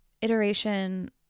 iteration